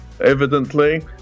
...evidently